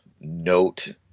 note